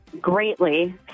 Greatly